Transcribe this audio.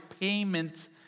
payment